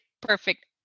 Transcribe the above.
perfect